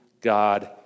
God